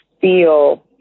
feel